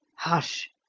hush!